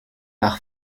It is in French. par